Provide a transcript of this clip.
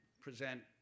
present